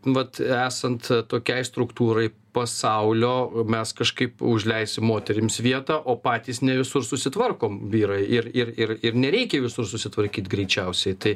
vat esant tokiai struktūrai pasaulio mes kažkaip užleisim moterims vietą o patys ne visur susitvarkom vyrai ir ir ir ir nereikia visur susitvarkyt greičiausiai tai